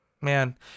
Man